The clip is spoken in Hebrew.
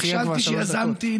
נכשלתי שיזמתי,